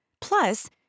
Plus